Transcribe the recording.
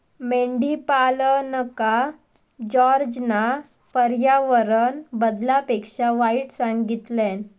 मेंढीपालनका जॉर्जना पर्यावरण बदलापेक्षा वाईट सांगितल्यान